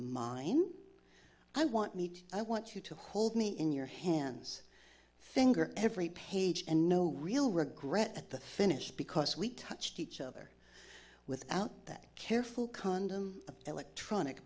mine i want need i want you to hold me in your hands finger every page and no real regret at the finish because we touched each other without that careful condom of electronic